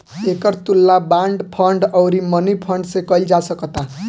एकर तुलना bond fund अउरी money fund से कईल जा सकता